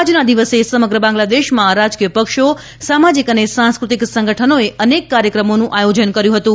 આજના દિવસે સમગ્ર બાંગ્લાદેશમાં રાજકીયપક્ષો સામાજિક અને સાંસ્ક્રતિક સંગઠનોએ અનેક કાર્યક્રમોનું આયોજન કર્યું હતું